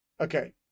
Okay